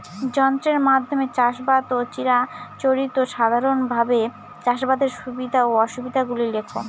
যন্ত্রের মাধ্যমে চাষাবাদ ও চিরাচরিত সাধারণভাবে চাষাবাদের সুবিধা ও অসুবিধা গুলি লেখ?